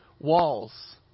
walls